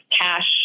cash